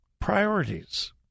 Priorities